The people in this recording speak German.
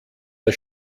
der